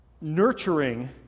nurturing